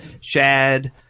Shad